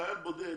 חייל בודד,